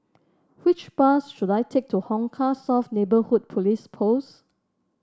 which bus should I take to Hong Kah South Neighbourhood Police Post